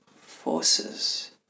forces